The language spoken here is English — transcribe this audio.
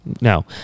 no